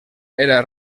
era